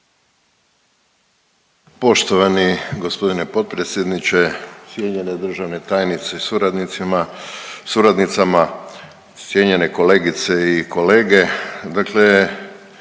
Poštovani gospodine potpredsjedniče, cijenjene državne tajnice sa suradnicima, suradnicama, cijenjene kolegice i kolege, dakle